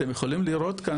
אתם יכולים לראות כאן,